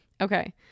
Okay